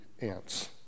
ants